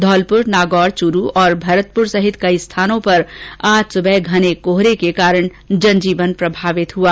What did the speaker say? धौलपुर नागौर चूरू और भरतपुर सहित कई स्थानों पर आज सुबह घने कोहरे के ् कारण सड़क यातायात प्रभावित रहा